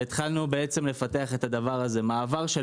והתחלנו בעצם לפתח את הדבר הזה: מעבר של